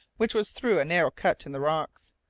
which was through a narrow cut in the rocks.